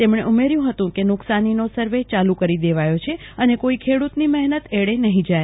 તેમણે ઉમેર્યું હતું કે નુકસાનીનો સર્વે ચાલુ કરી દેવાયો છે અને કોઈ ખેડુતની મહેનત એળે નહી જાય